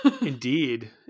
indeed